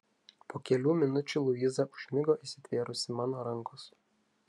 po kelių minučių luiza užmigo įsitvėrusi mano rankos